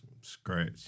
scratch